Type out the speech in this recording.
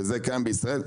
זה מה שקיים בישראל,